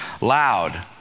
loud